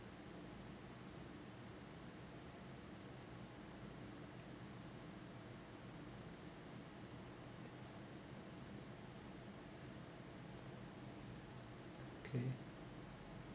okay